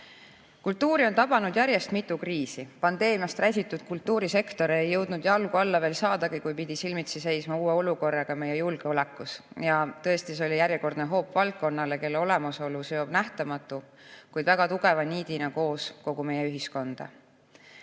Kultuuri on tabanud järjest mitu kriisi. Pandeemiast räsitud kultuurisektor ei jõudnud veel jalgu alla saadagi, kui pidi silmitsi seisma uue olukorraga meie julgeolekus. Tõesti, see oli järjekordne hoop valdkonnale, mille olemasolu hoiab nähtamatu, kuid väga tugeva niidina koos kogu meie ühiskonda.